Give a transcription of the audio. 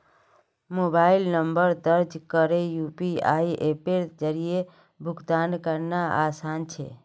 mobile number दर्ज करे UPI अप्पेर जरिया भुगतान करना आसान छे